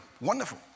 wonderful